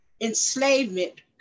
enslavement